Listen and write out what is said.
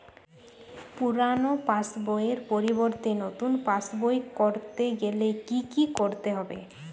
পুরানো পাশবইয়ের পরিবর্তে নতুন পাশবই ক রতে গেলে কি কি করতে হবে?